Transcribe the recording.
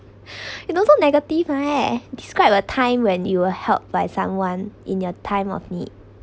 you don't so negative eh describe a time when you were helped by someone in your time of need